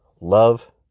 love